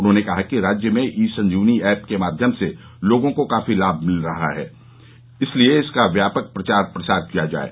उन्होंने कहा कि राज्य में ई संजीवनी ऐप के माध्यम से लोगों को काफी लाम मिल रहा है इसलिये इसका व्यापक प्रचार प्रसार किया जाये